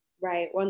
right